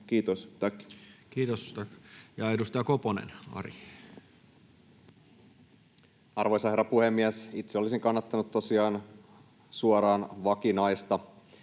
Kiitos, tack. — Ja edustaja Koponen, Ari. Arvoisa herra puhemies! Itse olisin kannattanut tosiaan suoraan vakinaista,